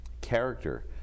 character